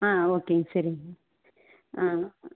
ஆ okay சரிங்க ஆ